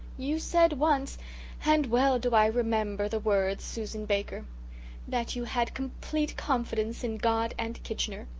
you said once and well do i remember the words, susan baker that you had complete confidence in god and kitchener.